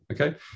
Okay